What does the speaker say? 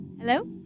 Hello